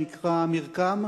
שנקרא מרק"ם,